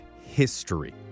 history